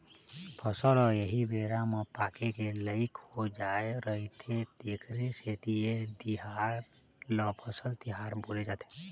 फसल ह एही बेरा म पाके के लइक हो जाय रहिथे तेखरे सेती ए तिहार ल फसल तिहार बोले जाथे